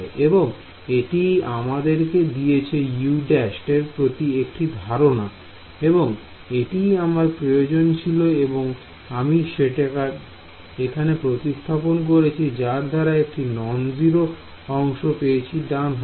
এবং এটি আমাদেরকে দিয়েছে u′ এর প্রতি একটি ধারণা এবং এটিই আমার প্রয়োজন ছিল এবং আমি সেটিকে এখানে প্রতিস্থাপন করেছি যার দ্বারা একটি non zero অংশ পেয়েছি ডান হাতে